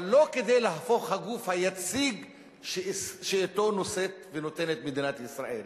אבל לא כדי להפוך הגוף היציג שאתו נושאת ונותנת מדינת ישראל.